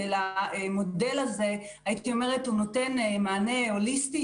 המודל הזה נותן מענה הוליסטי,